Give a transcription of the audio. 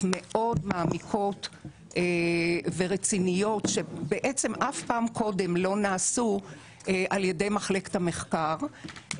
מאוד מעמיקות ורציניות שאף פעם קודם לא נעשו על ידי מחלקת המחקר.